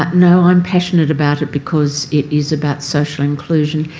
but no, i'm passionate about it because it is about social inclusion.